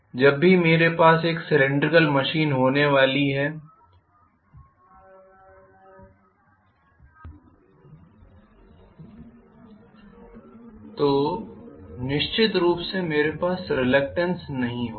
जब भी मेरे पास एक सीलिन्ड्रीकल मशीन होने वाली है तो निश्चित रूप से मेरे पास रिलक्टेन्स नहीं होगा